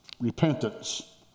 repentance